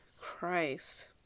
Christ